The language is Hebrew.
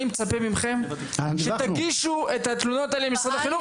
אני מצפה מכם שתגישו את התלונות האלה למשרד החינוך.